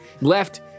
left